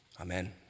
Amen